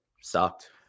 sucked